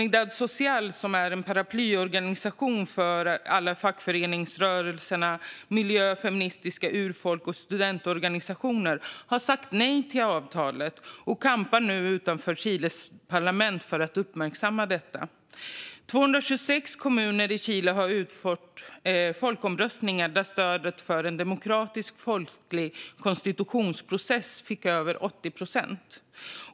Unidad Social, som är en paraplyorganisation för alla fackföreningsrörelser och miljö-, feminist-, urfolks och studentorganisationer - har sagt nej till avtalet och campar nu utanför Chiles parlament för att uppmärksamma detta. 226 kommuner i Chile har genomfört folkomröstningar där stödet för en demokratisk, folklig konstitutionsprocess fick över 80 procent.